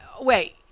Wait